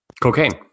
Cocaine